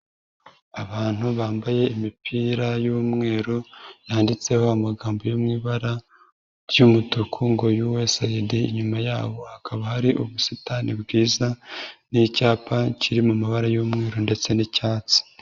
Abantu bambaye imipira y'umweru, yanditseho amagambo yo mu ibara ry'umutuku ngo USAID, inyuma yabo hakaba ari ubusitani bwiza n'icyapa kiri mu mabara y'umweru ndetse n'icyatsi.